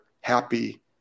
happy